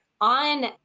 on